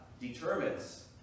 determines